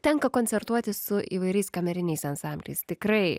tenka koncertuoti su įvairiais kameriniais ansambliais tikrai